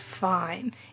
fine